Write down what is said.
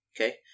Okay